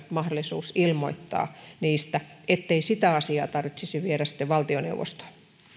mahdollisuus ilmoittaa niistä rahastoille ettei sitä asiaa tarvitsisi viedä valtioneuvostoon